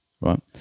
right